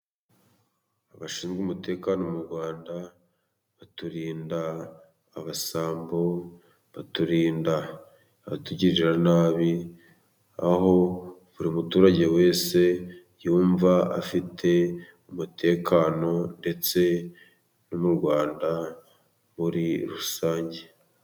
Abashinzwe umutekano mu Rwanda baturinda abasambo, baturinda abatugirira nabi, aho buri muturage wese yumva afite umutekano ndetse n'Urwanda muri rusange.